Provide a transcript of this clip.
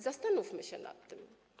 Zastanówmy się nad tym.